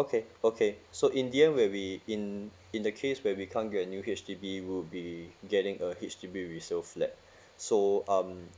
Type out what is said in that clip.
okay okay so in the end where we in in the case where we can't get a new H_D_B we'll be getting a H_D_B resale flat so um